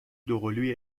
دوقلوی